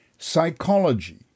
Psychology